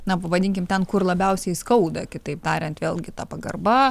na pavadinkim ten kur labiausiai skauda kitaip tariant vėlgi ta pagarba